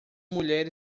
mulher